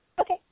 Okay